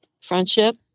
friendship